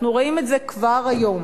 אנחנו רואים את זה כבר היום,